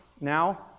now